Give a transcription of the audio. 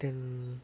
then